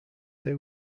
they